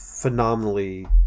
phenomenally